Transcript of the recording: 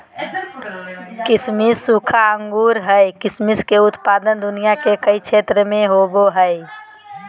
किसमिस सूखा अंगूर हइ किसमिस के उत्पादन दुनिया के कई क्षेत्र में होबैय हइ